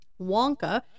Wonka